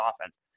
offense